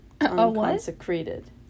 Unconsecrated